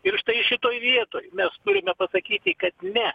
ir štai šitoj vietoj mes turime pasakyti kad ne